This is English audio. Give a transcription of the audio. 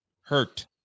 hurt